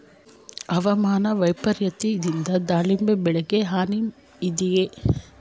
ಹವಾಮಾನ ವೈಪರಿತ್ಯದಿಂದ ದಾಳಿಂಬೆ ಬೆಳೆಗೆ ಹಾನಿ ಇದೆಯೇ?